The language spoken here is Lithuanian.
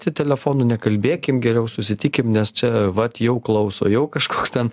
čia telefonu nekalbėkim geriau susitikim nes čia vat jau klauso jau kažkoks ten